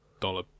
dollar